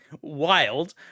Wild